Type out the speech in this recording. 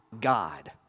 God